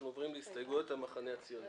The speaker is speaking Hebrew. אנחנו עוברים להסתייגויות של המחנה הציוני.